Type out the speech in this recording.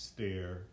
Stare